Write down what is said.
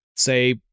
say